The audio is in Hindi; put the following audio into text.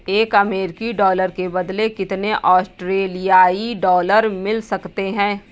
एक अमेरिकी डॉलर के बदले कितने ऑस्ट्रेलियाई डॉलर मिल सकते हैं?